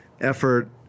effort